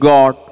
God